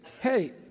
Hey